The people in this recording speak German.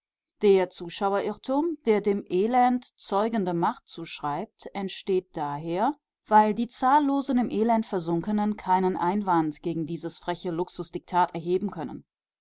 der zuschauerirrtum der dem elend zeugende macht zuschreibt entsteht daher weil die zahllosen im elend versunkenen keinen einwand gegen dieses freche luxusdiktat erheben können